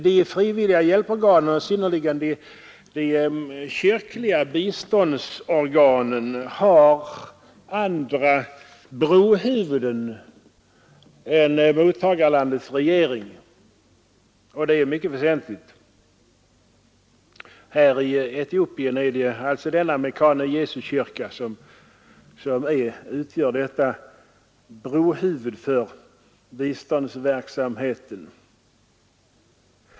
De frivilliga hjälporganen och i synnerhet kyrkornas biståndsorgan har andra brohuvuden än mottagarlandets regering, och det är mycket värdefullt. I Etiopien är det Mecane Jesu kyrkan som utgör detta brohuvud för biståndsverksamheten.